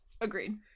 agreed